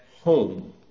home